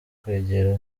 kwegera